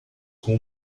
com